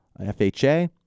FHA